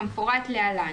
כמפורט להלן: